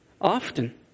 often